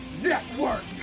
network